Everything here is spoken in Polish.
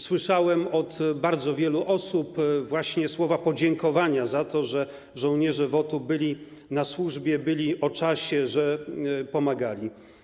Słyszałem od bardzo wielu osób słowa podziękowania za to, że żołnierze WOT-u byli na służbie, byli o czasie, że pomagali.